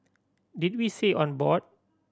did we say on board